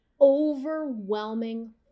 overwhelming